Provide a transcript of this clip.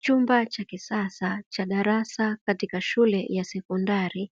Chumba cha kisasa cha darasa katika shule ya sekondari,